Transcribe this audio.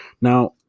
Now